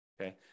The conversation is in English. okay